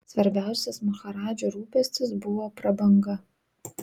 svarbiausias maharadžų rūpestis buvo prabanga